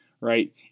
right